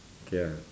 okay lah